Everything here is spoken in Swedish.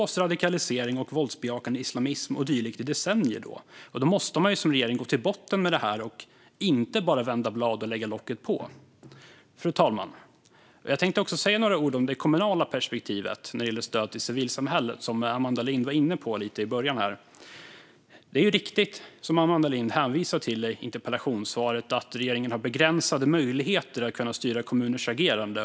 Radikalisering, våldsbejakande islamism och dylikt kan underblåsas i decennier. Då måste man ju som regering gå till botten med det och inte bara vända blad eller lägga locket på. Fru talman! Jag ska också säga några ord om det kommunala perspektivet när det gäller stöd till civilsamhället, som Amanda Lind var inne på lite i början här. Det är riktigt, som Amanda Lind hänvisar till i interpellationssvaret, att regeringen har begränsade möjligheter att styra kommuners agerande.